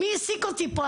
מי העסיק אותי פה?